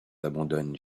abandonne